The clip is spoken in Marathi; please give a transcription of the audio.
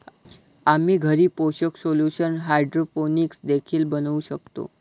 आम्ही घरी पोषक सोल्यूशन हायड्रोपोनिक्स देखील बनवू शकतो